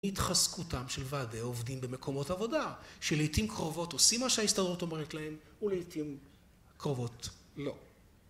התרסקותם של ועדי עובדים במקומות עבודה שלעתים קרובות עושים מה שההסתדרות אומרת להם ולעתים קרובות לא